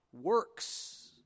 works